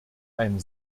ein